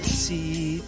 see